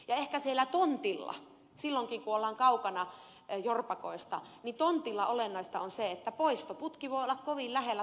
ja ehkä siellä tontilla silloinkin kun ollaan kaukana jorpakoista on olennaista se että poistoputki voi olla kovin lähellä talousvesikaivon ottopaikkaa